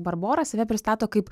barbora save pristato kaip